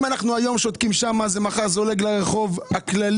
אם אנחנו היום שותקים שם מחר זה יזלוג לרחוב הכללי,